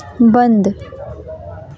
बंद